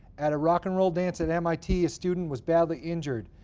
at a rock and roll dance at mit, a student was badly injured,